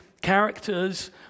characters